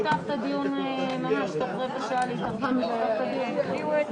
ושיהיה לפרוטוקול ברור שגם כחול לבן מתואמים